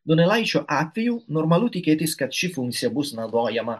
donelaičio atveju normalu tikėtis kad ši funkcija bus naudojama